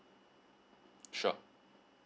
sure